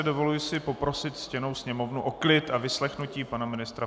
Dovoluji si poprosit ctěnou Sněmovnu o klid a vyslechnutí pana ministra financí.